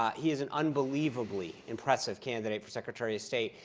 he is an unbelievably impressive candidate for secretary of state,